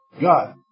God